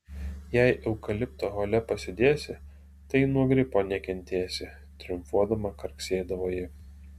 jei eukalipto hole pasidėsi tai nuo gripo nekentėsi triumfuodama karksėdavo ji